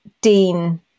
Dean